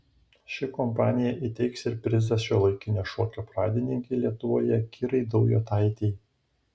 ši kompanija įteiks ir prizą šiuolaikinio šokio pradininkei lietuvoje kirai daujotaitei